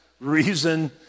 reason